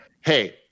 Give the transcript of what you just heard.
hey